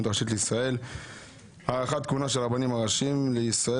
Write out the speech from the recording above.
הראשית לישראל (הארכת כהונה של הרבנים הראשיים לישראל